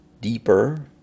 deeper